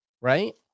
right